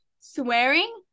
Swearing